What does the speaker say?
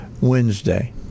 Wednesday